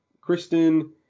Kristen